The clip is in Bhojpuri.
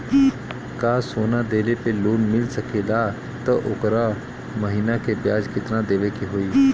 का सोना देले पे लोन मिल सकेला त ओकर महीना के ब्याज कितनादेवे के होई?